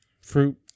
fruit